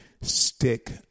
Stick